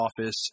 office